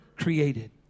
created